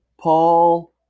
Paul